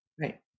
Right